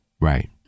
right